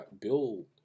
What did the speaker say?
build